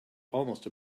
almost